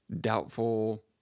doubtful